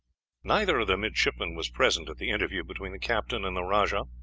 neither of the midshipmen was present at the interview between the captain and the rajah.